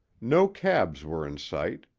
no cabs were in sight,